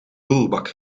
roerbak